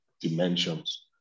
dimensions